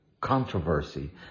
controversy